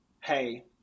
Hey